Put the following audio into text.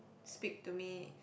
speak to me